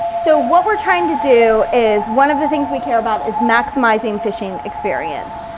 so what we're trying to do is one of the things we care about is maximizing fishing experience.